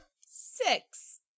Six